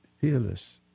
fearless